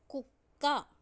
కుక్క